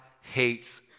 hates